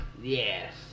Yes